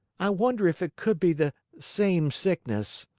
i wonder if it could be the same sickness.